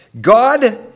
God